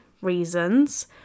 reasons